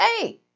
hey